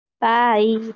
Bye